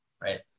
right